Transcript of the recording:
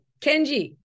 Kenji